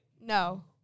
no